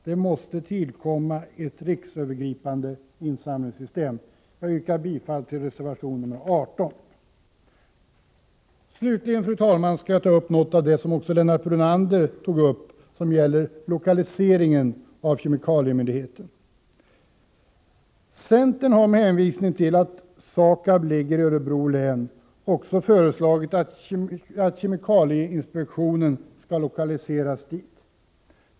Det måste tillkomma ett rikstäckande insamlingssystem. Jag yrkar bifall till reservation 18. Slutligen, fru talman, skall jag ta upp något av det som också Lennart Brunander talade om, och det gäller lokaliseringen av kemikaliemyndigheten. Centern har med hänvisning till att SAKAB ligger i Örebro län också föreslagit att kemikalieinspektionen skall lokaliseras dit.